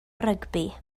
rygbi